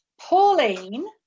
Pauline